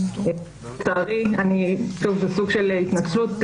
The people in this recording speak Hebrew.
לצערי, זה סוג של התנצלות.